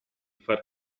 far